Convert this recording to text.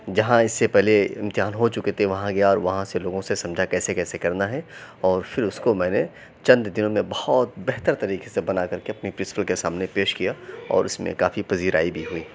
جہاں اِس سے پہلے امتحان ہو چُكے تھے وہاں گیا اور وہاں سے لوگوں سے سمجھا کہ کیسے كیسے كرنا ہے اور پھر اُس كو میں نے چند دِنوں میں بہت بہتر طریقے سے بنا کر کے اپنی پرنسپل كے سامنے پیش كیا اور اُس میں كافی پذیرائی بھی ہوئی